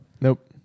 Nope